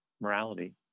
morality